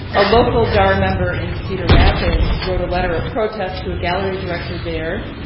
a local dar member in cedar rapids wrote a letter of protest to a gallery director there,